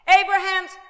Abraham's